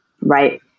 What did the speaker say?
Right